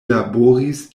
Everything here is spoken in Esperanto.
laboris